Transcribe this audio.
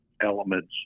elements